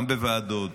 גם בוועדות,